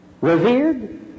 revered